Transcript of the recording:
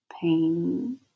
pain